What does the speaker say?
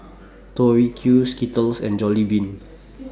Tori Q Skittles and Jollibean